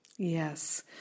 Yes